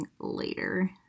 later